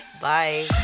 Bye